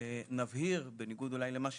קשה מאוד להוכיח ירידה באובדנות,